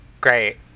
Great